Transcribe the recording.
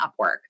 Upwork